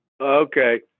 Okay